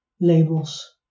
labels